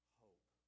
hope